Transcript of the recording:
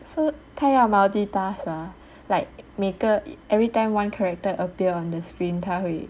so 他要 multitask ah like 每个 everytime one character appear on the screen 他会